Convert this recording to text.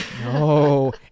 No